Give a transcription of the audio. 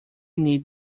need